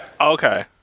Okay